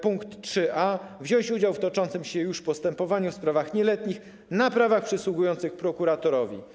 Pkt 3a: może wziąć udział w toczącym się już postępowaniu w sprawach nieletnich na prawach przystępujących prokuratorowi.